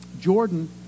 Jordan